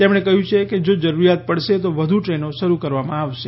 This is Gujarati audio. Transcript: તેમણે કહ્યું કે જો જરૂરિયાત પડશે તો વધુ ટ્રેનો શરૂ કરવામાં આવશે